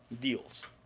deals